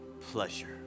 pleasure